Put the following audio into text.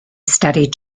studied